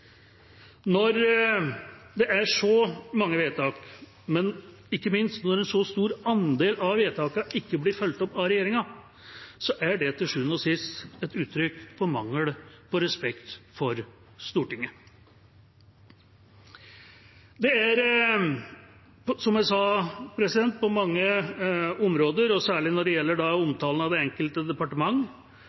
Når det er så mange vedtak, og ikke minst når en så stor andel av vedtakene ikke blir fulgt opp av regjeringa, er det til sjuende og sist et uttrykk for mangel på respekt for Stortinget. Det er, som jeg sa, på mange områder og særlig når det gjelder omtalen av det enkelte departement,